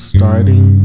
Starting